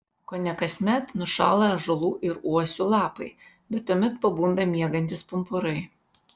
kone kasmet nušąla ąžuolų ir uosių lapai bet tuomet pabunda miegantys pumpurai